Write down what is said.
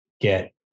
get